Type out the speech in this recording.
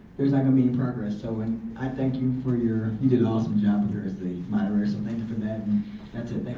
there's not gonna be any progress. so and i thank you for your. you did an awesome job as the moderator, so thank you for that that's it,